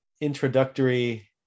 introductory